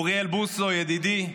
אוריאל בוסו, ידידי,